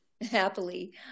Happily